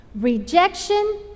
Rejection